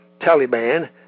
Taliban